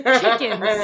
chickens